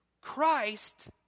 Christ